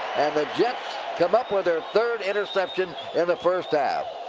and the jets come up with their third interception in the first half.